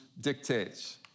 dictates